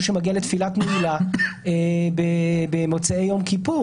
שמגיע לתפילת נעילה במוצאי יום כיפור?